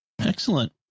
Excellent